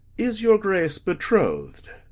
is your grace betroth'd?